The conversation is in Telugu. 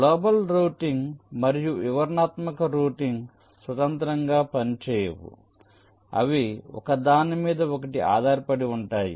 గ్లోబల్ రౌటింగ్ మరియు వివరణాత్మక రౌటింగ్ స్వతంత్రంగా పనిచేయవు అవి ఒక దాని మీద ఒకటి ఆధారపడి ఉంటాయి